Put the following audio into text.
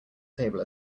table